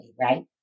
right